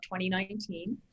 2019